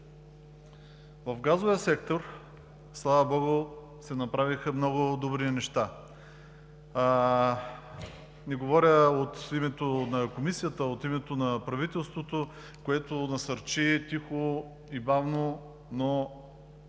В газовия сектор, слава богу, се направиха много добри неща. Не говоря от името на Комисията, а от името на правителството, което насърчи тихо и бавно, но